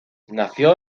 nació